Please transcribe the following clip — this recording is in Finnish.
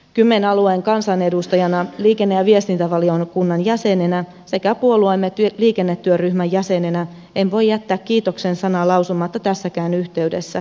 kymen alueen kansanedustajana liikenne ja viestintävaliokunnan jäsenenä sekä puolueemme liikennetyöryhmän jäsenenä en voi jättää kiitoksen sanaa lausumatta tässäkään yhteydessä